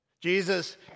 Jesus